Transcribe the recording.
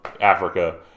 Africa